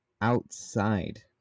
outside